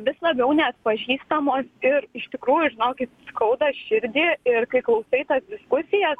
vis labiau neatpažįstamos ir iš tikrųjų žinokit skauda širdį ir kai klausai tas diskusijas